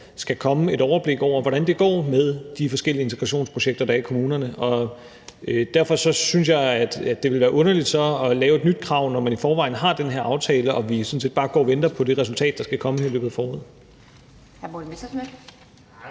skal komme et overblik over, hvordan det går med de forskellige integrationsprojekter, der er i kommunerne. Og derfor synes jeg, at det så ville være underligt at lave et nyt krav, når man i forvejen har den her aftale og vi sådan set bare går og venter på det resultat, der skal komme her i løbet af foråret.